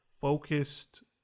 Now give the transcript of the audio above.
focused